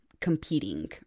competing